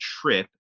trip